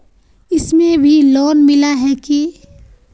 इसमें भी लोन मिला है की